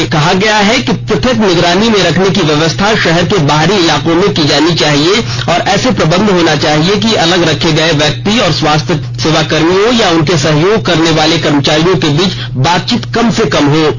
इनमें कहा गया है कि पृथक निगरानी में रखने की व्यवस्था शहर के बाहरी इलाकों में की जानी चाहिए और ऐसे प्रबंध होने चाहिए कि अलग रखे गये व्यक्ति और स्वास्थ्य सेवाकर्मियों या उनका सहयोग करने वाले कर्मचारियों के बीच बातचीत कम से कम हो